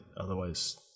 otherwise